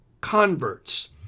converts